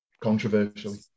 Controversially